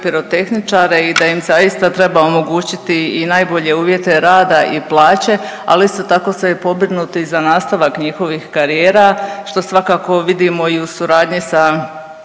pirotehničare i da im zaista treba omogućiti i najbolje uvjete rada i plaće, ali isto tako se i pobrinuti za nastavak njihovih karijera, što svakako vidimo i u suradnji sa